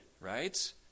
right